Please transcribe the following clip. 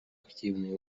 активные